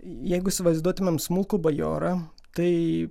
jeigu įsivaizduotumėm smulkų bajorą tai